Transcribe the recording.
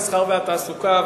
המסחר והתעסוקה,